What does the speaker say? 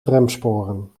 tramsporen